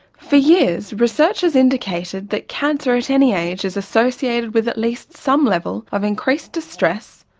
for years, research has indicated that cancer at any age is associated with it least some level of increased distress,